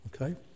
okay